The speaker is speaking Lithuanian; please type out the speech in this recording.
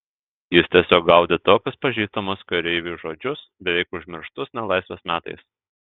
jis tiesiog gaudė tokius pažįstamus kareiviui žodžius beveik užmirštus nelaisvės metais